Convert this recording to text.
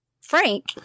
Frank